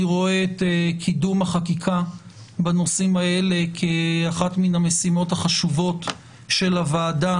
אני רואה את קידום החקיקה בנושאים האלה כאחת מהמשימות החשובות של הוועדה